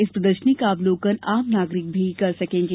इस प्रदर्षनी का अवलोकन आम नागरिक भी कर सकेंगे